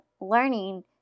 learning